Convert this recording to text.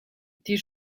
die